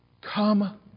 Come